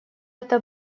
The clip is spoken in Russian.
это